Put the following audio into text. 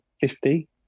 Fifty